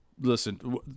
listen